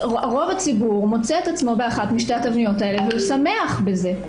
רוב הציבור מוצא את עצמו באחת משתי התבניות האלה והוא שמח בזה.